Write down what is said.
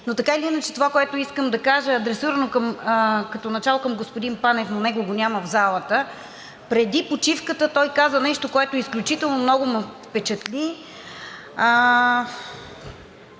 Така или иначе, това, което искам да кажа, е адресирано като начало към господин Панев, но него го няма в залата. Преди почивката той каза нещо, което изключително много ме впечатли: